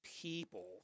people